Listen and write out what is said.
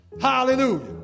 Hallelujah